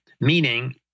meaning